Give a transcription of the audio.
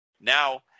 Now